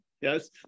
yes